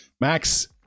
max